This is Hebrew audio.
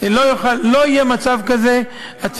לא יהיה מצב כזה.